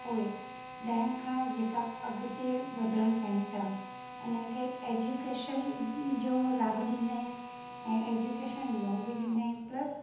पोइ ॾह खां जेका अॻिते वधण चाइनि था उन्हनि खे एजुकेशन जो लाभ ॾींदा आहिनि ऐं एजुकेशन लोन बि ॾींदा आहिनि प्लस